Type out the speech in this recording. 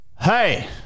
hey